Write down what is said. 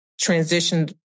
transition